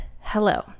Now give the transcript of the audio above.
Hello